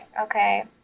okay